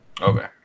Okay